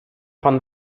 pan